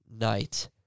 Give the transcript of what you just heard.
night